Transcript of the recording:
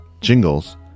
Jingles